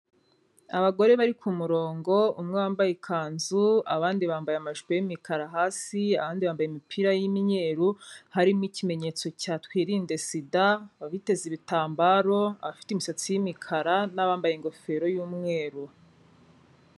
Abagore bari kumurongo, umwe wambaye ikanzu, abandi bambaye amajipo y'imikara hasi, abandi bambaye imipira y'imweruru, harimo ikimenyetso cya twirinde SIDA, abiteze ibitambaro, abafite imisatsi y'imikara n'abambaye ingofero y'umweru.